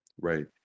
right